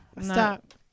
stop